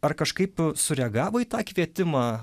ar kažkaip sureagavo į tą kvietimą